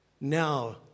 now